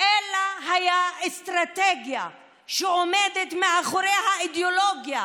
אלא היה אסטרטגיה שעומדת מאחורי האידיאולוגיה